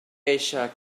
eisiau